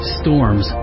storms